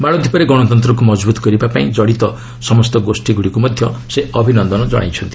ମାଳଦୀପରେ ଗଣତନ୍ତ୍ରକୁ ମକବୁତ କରିବା ପାଇଁ ଜଡ଼ିତ ସମସ୍ତ ଗୋଷୀଗୁଡ଼ିକୁ ମଧ୍ୟ ସେ ଅଭିନନ୍ଦନ କଣାଇଛନ୍ତି